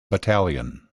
battalion